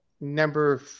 number